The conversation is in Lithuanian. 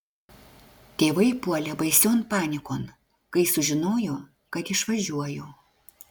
tėvai puolė baision panikon kai sužinojo kad išvažiuoju